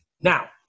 Now